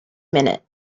minute